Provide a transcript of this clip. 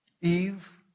Eve